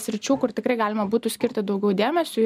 sričių kur tikrai galima būtų skirti daugiau dėmesio